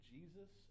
Jesus